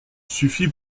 suffit